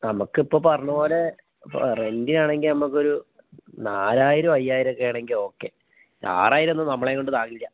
നമുക്കിപ്പോൾ പറഞ്ഞപോലെ ഇപ്പോൾ റെന്റിനാണെങ്കിൽ നമ്മൾക്കൊരു നാലായിരം അയ്യായിരം ഒക്കെ ആണെങ്കിൽ ഓക്കെ ആറായിരം ഒന്നും നമ്മളെക്കൊണ്ട് താങ്ങില്ല